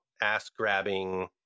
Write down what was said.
ass-grabbing